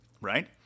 right